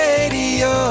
Radio